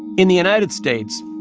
in the united states,